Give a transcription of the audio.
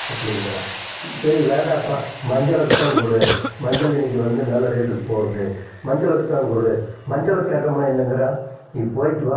அப்படிங்கறான் சரி வேண்டாப்பா மஞ்சளுக்குதான் கொடு மஞ்சள் இன்னைக்கி வந்து நல்ல ரேட்டுக்கு போகுது மஞ்சளுக்குதான் கொடு மஞ்சளுக்கு கேட்டமுன்னா என்னங்குறான் நீ போய்ட்டு வா